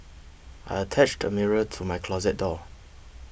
I attached a mirror to my closet door